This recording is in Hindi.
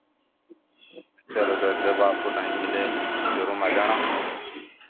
चलो सर जब आपको टाइम मिले शोरूम आ जाना